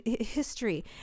history